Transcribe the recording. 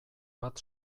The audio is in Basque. bat